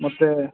ಮತ್ತೆ